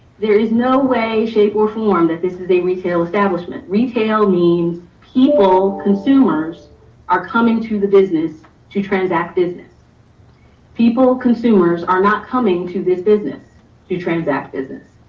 there is no way shape or form that this is a retail establishment. retail means people, consumers are coming to the business to transact business people. consumers are not coming to this business to transact business.